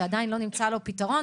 שעדיין לא נמצא לו פתרון,